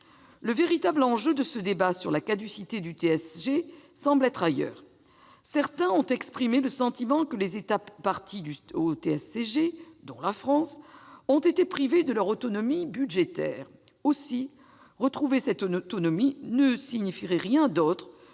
Le véritable enjeu de ce débat sur la caducité du TSCG semble être ailleurs. Certains ont exprimé le sentiment que les États parties au TSCG, dont la France, ont été privés de leur autonomie budgétaire. Si l'on suit leur logique, retrouver cette autonomie ne signifierait rien d'autre